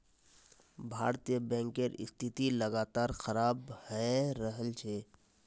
भारतीय बैंकेर स्थिति लगातार खराब हये रहल छे